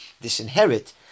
disinherit